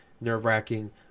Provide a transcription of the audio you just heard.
nerve-wracking